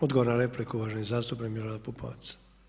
Odgovor na repliku, uvaženi zastupnik Milorad Pupovac.